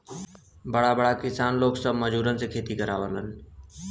बड़ा बड़ा किसान लोग सब मजूरन से खेती करावलन